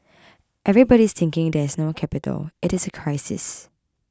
everybody is thinking there is no capital it is a crisis